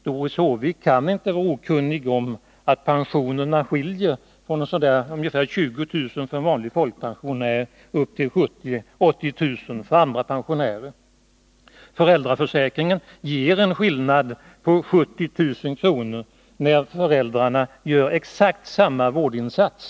Doris Håvik kan inte vara okunnig om att pensionerna varierar från ca 20 000 kr. för en vanlig folkpensionär till 70 000-80 000 kr. för andra pensionärer. Föräldraförsäkringen ger en skillnad på 70 000 kr. när föräldrarna gör exakt samma vårdinsats.